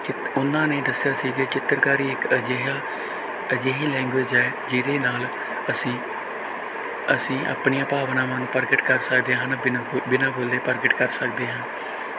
ਕ ਉਹਨਾਂ ਨੇ ਦੱਸਿਆ ਸੀ ਕਿ ਚਿੱਤਰਕਾਰੀ ਇੱਕ ਅਜਿਹਾ ਅਜਿਹੀ ਲੈਂਗੁਏਜ ਹੈ ਜਿਹਦੇ ਨਾਲ ਅਸੀਂ ਅਸੀਂ ਆਪਣੀਆਂ ਭਾਵਨਾਵਾਂ ਨੂੰ ਪ੍ਰਗਟ ਕਰ ਸਕਦੇ ਹਨ ਬਿਨਾ ਬੋ ਬਿਨਾ ਬੋਲੇ ਪ੍ਰਗਟ ਕਰ ਸਕਦੇ ਹਾਂ